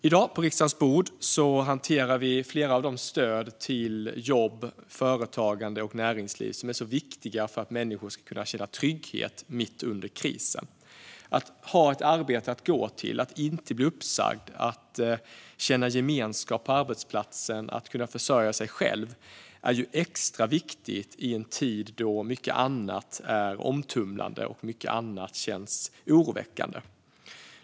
I dag i riksdagen hanterar vi flera av de stöd till jobb, företagande och näringsliv som är så viktiga för att människor ska kunna känna trygghet mitt under krisen. Att ha ett arbete att gå till, att inte bli uppsagd, att känna gemenskap på arbetsplatsen och att kunna försörja sig själv är ju extra viktigt i en tid då mycket annat är omtumlande och mycket annat känns oroväckande.